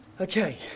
okay